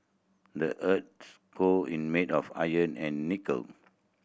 the earth's core in made of iron and nickel